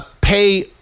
pay